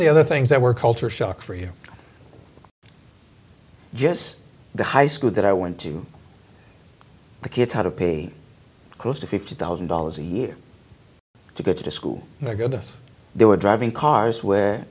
the other things that were culture shock for you just the high school that i went to the kids how to pay close to fifty thousand dollars a year to go to school my goodness they were driving cars where